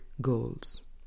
goals